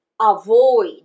avoid